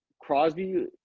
Crosby